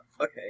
Okay